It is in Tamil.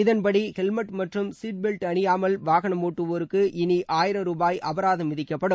இதன்படி ஹெல்மெட் மற்றும் சீட் பெல்ட் அணியாமல் வாகனம் ஒட்டுவோருக்கு இளி ஆயிரம் ரூபாய் அபராதம் விதிக்கப்படும்